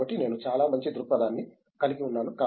కాబట్టి నేను చాలా మంచి దృక్పథాన్ని కలిగి ఉన్నాను